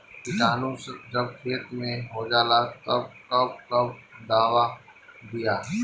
किटानु जब खेत मे होजाला तब कब कब दावा दिया?